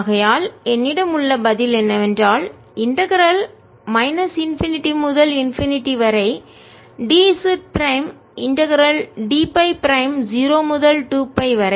ஆகையால் என்னிடம் உள்ள பதில் என்னவென்றால் இன்டகரல் ஒருங்கிணைப்பின் மைனஸ் இன்பினிடி முடிவிலி முதல் இன்பினிடி முடிவிலி வரை dz prime integral d Φ prime 0 முதல் 2 pi வரை